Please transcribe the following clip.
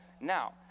Now